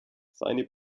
seine